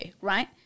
right